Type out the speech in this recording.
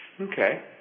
Okay